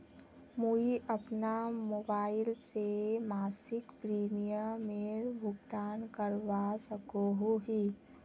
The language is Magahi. मुई अपना मोबाईल से मासिक प्रीमियमेर भुगतान करवा सकोहो ही?